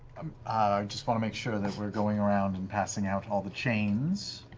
um ah just want to make sure and that we're going around, and passing out all the chains,